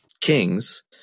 kings